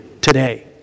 Today